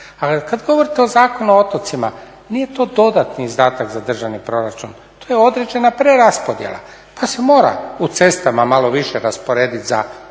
Ali kad govorite o Zakonu o otocima nije to dodatni izdatak za državni proračun. To je određena preraspodjela, pa se mora u cestama malo više rasporedit za te